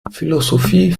philosophie